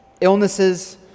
Illnesses